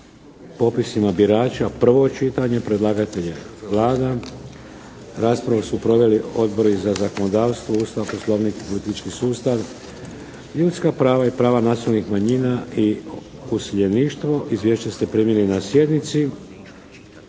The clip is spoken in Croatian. popisima birača, prvo čitanje, P.Z. br. 615; Predlagatelj je Vlada. Raspravu su proveli Odbori za zakonodavstvo, Ustav, Poslovnik i politički sustav. Ljudska prava i prava nacionalnih manjina i useljeništvo. Izvješće ste primili na sjednici.